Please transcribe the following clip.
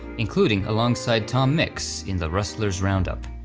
including alongside tom mix in the rustler's roundup,